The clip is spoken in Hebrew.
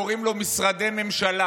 קוראים לו משרדי ממשלה.